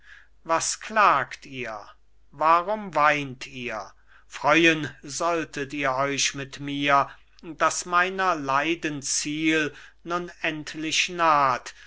was klagt ihr warum weint ihr freuen solltet ihr euch mit mir daß meiner leiden ziel nun endlich naht